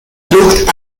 looked